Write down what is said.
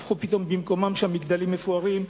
נבנו שם מגדלים מפוארים,